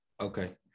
Okay